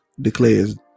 declares